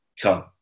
come